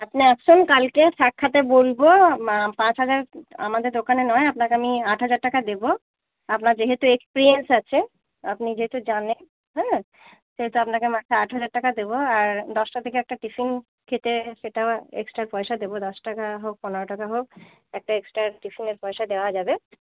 আপনি আসুন কালকে সাক্ষাতে বলবো পাঁচ হাজার আমাদের দোকানে নয় আপনাকে আমি আট হাজার টাকা দেবো আপনার যেহেতু এক্সপিরিয়েন্স আছে আপনি যেহেতু জানেন হ্যাঁ সেহেতু আপনাকে মাসে আট হাজার টাকা দেবো আর দশটা থেকে একটা টিফিন খেতে সেটাও এক্সট্রা পয়সা দেবো দশ টাকা হোক পনেরো টাকা হোক একটা এক্সট্রা টিফিনের পয়সা দেওয়া যাবে